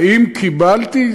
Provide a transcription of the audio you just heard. האם קיבלתי?